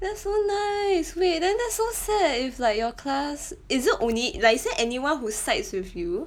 that's so nice wait then that's so sad if like your class is it only like is there anyone who sides with you